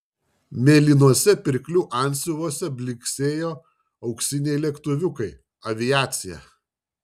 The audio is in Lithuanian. mėlynuose pirklių antsiuvuose blyksėjo auksiniai lėktuviukai aviacija